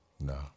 no